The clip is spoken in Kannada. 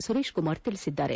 ಸುರೇಶ್ಕುಮಾರ್ ತಿಳಿಸಿದ್ದಾರೆ